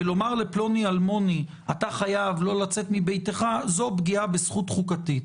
ולומר לפלוני אלמוני אתה חייב לא לצאת מביתך זו פגיעה בזכות חוקתית.